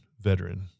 VETERAN